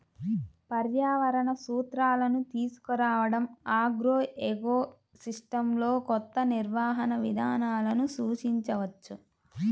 పర్యావరణ సూత్రాలను తీసుకురావడంఆగ్రోఎకోసిస్టమ్లోకొత్త నిర్వహణ విధానాలను సూచించవచ్చు